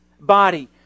body